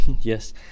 Yes